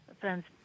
friend's